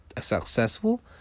successful